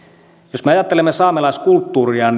jos me ajattelemme saamelaiskulttuuria